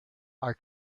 are